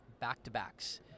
back-to-backs